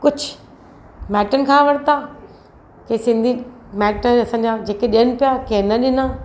कुझु माइटनि खां वरिता के सिंधी माइट असांजा जेके ॾियनि पिया कंहिं न ॾिना